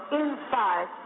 inside